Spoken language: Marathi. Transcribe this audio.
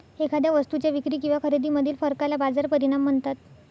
एखाद्या वस्तूच्या विक्री किंवा खरेदीमधील फरकाला बाजार परिणाम म्हणतात